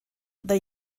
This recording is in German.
the